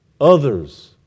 Others